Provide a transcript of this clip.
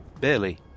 Barely